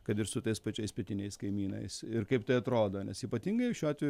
kad ir su tais pačiais pietiniais kaimynais ir kaip tai atrodo nes ypatingai šiuo atveju